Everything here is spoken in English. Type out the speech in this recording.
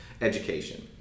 education